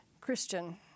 Christian